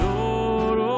Lord